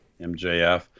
MJF